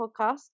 podcast